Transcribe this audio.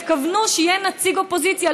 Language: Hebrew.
התכוונו שיהיה נציג אופוזיציה,